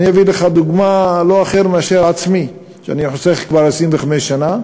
אני אביא לך דוגמה של לא אחר מאשר עצמי: אני חוסך כבר 25 שנה,